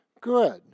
good